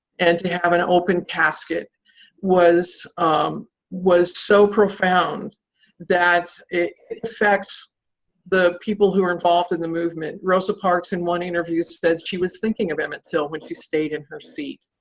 and to have an open casket was um was so profound that it affects the people who are involved in the movement. rosa parks in one interview said she was thinking of emmett till when she stayed in her seat.